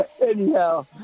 Anyhow